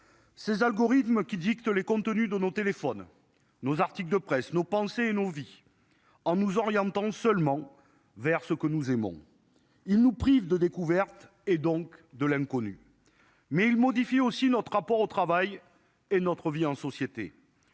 Ces algorithmes qui dicte les contenus dans nos téléphones nos articles de presse. Nos pensées et nos vies en nous orientant seulement vers ce que nous aimons. Ils nous privent de découverte et donc de l'inconnu mais il modifie aussi notre rapport au travail et notre vie en société.